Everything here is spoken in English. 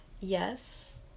yes